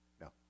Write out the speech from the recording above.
No